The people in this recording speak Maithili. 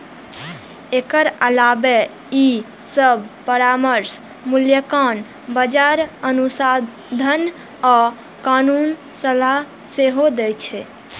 एकर अलावे ई सभ परामर्श, मूल्यांकन, बाजार अनुसंधान आ कानूनी सलाह सेहो दै छै